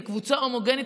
זאת קבוצה הומוגנית,